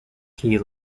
key